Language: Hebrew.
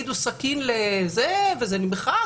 ידע שבאמת הצמידו סכין וזה נמחק,